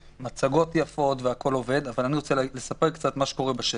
מצגות יפות והכול עובד אבל אני רוצה לספר קצת מה קורה בשטח.